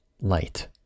light